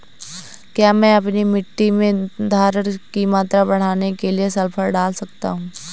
क्या मैं अपनी मिट्टी में धारण की मात्रा बढ़ाने के लिए सल्फर डाल सकता हूँ?